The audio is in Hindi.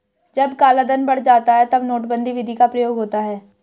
जब कालाधन बढ़ जाता है तब नोटबंदी विधि का प्रयोग होता है